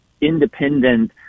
independent